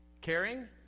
Caring